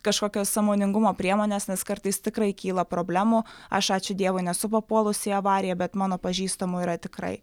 kažkokios sąmoningumo priemonės nes kartais tikrai kyla problemų aš ačiū dievui nesu papuolusi į avariją bet mano pažįstamų yra tikrai